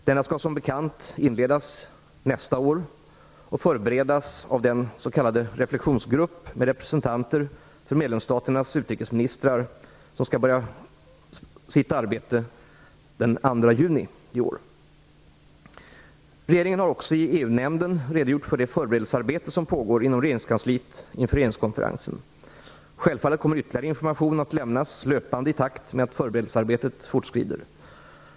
Denna skall som bekant inledas nästa år och förberedas av den s.k. reflektionsgrupp med representanter för medlemsstaternas utrikesministrar som skall börja sitt arbete den 2 juni i år. Regeringen har också i EU-nämnden redogjort för det förberedelsearbete som pågår inom regeringskansliet inför regeringskonferensen. Självfallet kommer ytterligare information att lämnas löpande i takt med att förberedelsearbetet fortskrider.